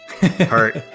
hurt